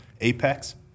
Apex